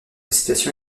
situation